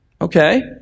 Okay